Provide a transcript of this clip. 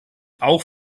auch